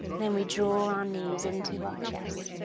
then we draw our knees in to our chest